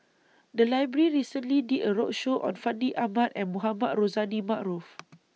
The Library recently did A roadshow on Fandi Ahmad and Mohamed Rozani Maarof